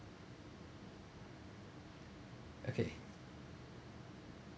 okay